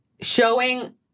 showing